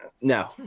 no